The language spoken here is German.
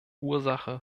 ursache